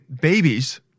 babies